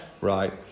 right